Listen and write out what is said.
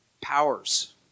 powers